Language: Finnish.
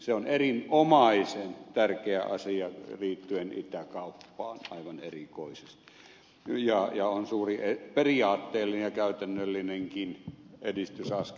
se on erinomaisen tärkeä asia liittyen itäkauppaan aivan erikoisesti ja on suuri periaatteellinen ja käytännöllinenkin edistysaskel